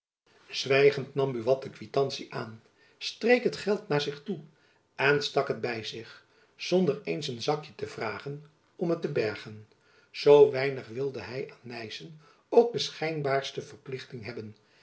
zwijgend nam buat de kwitantie aan streek het geld naar zich toe en stak het by zich zonder eens een zakjen te vragen om het te bergen zoo weinig wilde hy aan nyssen ook de schijnbaarste verplichting hebben